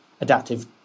adaptive